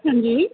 हां जी